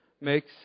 makes